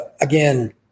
again –